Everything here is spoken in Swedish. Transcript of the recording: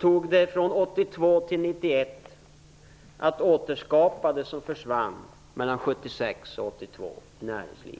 tog det åren 1982-1991 att återskapa de jobb som försvann i näringslivet under perioden 1976-1982.